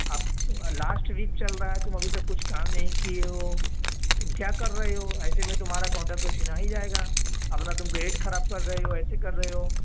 اب تو last week چل رہا ہے تم ابھی تک کچھ کام نہیں کیے ہو تم کیا کر رہے ہو ایسے میں تمہارا کاؤنٹرکٹ تو چھینا ہی جائے گا اپنا تم کے ریٹ خراب کر رہے ہو ایسے کر رہے ہو